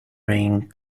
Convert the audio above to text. ring